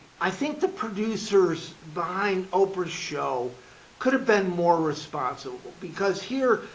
i think the producers behind oprah show could have been more responsible because here,